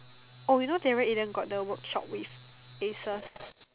oh you know Daryl-Aiden got the workshop with Acers